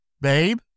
Babe